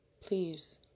please